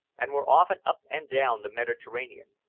and were often up and down the mediterranean.